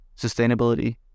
sustainability